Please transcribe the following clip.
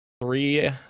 three